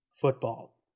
football